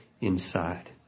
inside